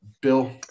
Bill